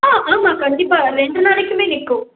ஆ ஆமாம் கண்டிப்பாக ரெண்டு நாளைக்குமே நிற்கும்